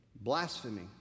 blasphemy